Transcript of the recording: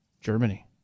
Germany